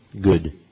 Good